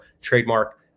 trademark